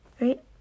right